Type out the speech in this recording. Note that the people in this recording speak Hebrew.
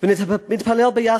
נתפלל ביחד,